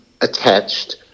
attached